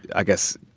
i guess,